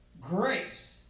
Grace